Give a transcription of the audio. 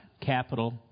capital